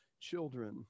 children